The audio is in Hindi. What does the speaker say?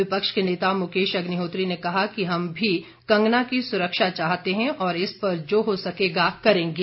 विपक्ष के नेता मुकेश अग्निहोत्री ने कहा कि हम भी कंगना की सुरक्षा चाहते हैं और इस पर जो हो सकेगा करेंगे